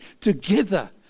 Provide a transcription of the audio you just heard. together